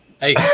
Hey